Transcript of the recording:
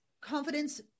confidence